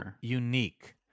unique